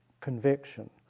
conviction